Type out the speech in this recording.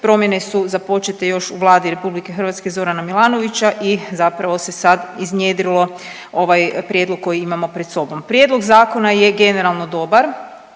promjene su započete još u Vladi RH Zorana Milanovića i zapravo se sad iznjedrilo ovaj prijedlog koji imamo pred sobom. Prijedlog zakona je generalno dobar,